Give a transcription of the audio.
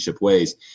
ways